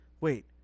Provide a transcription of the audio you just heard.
Wait